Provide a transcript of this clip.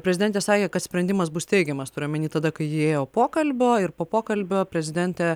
prezidentė sakė kad sprendimas bus teigiamas turiu omeny tada kai ji ėjo pokalbio ir po pokalbio prezidentė